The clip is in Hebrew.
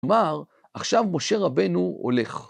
כלומר, עכשיו משה רבנו הולך.